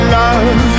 love